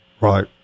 Right